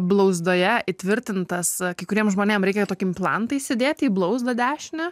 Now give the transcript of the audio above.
blauzdoje įtvirtintas kai kuriems žmonėm reikia tokį implantą įsidėti į blauzdą dešinę